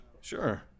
Sure